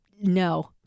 No